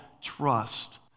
trust